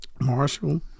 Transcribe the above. Marshall